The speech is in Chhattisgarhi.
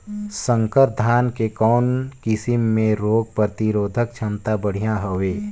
संकर धान के कौन किसम मे रोग प्रतिरोधक क्षमता बढ़िया हवे?